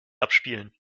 abspielen